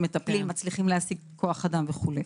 מצליחים להשיג כוח אדם וכו'.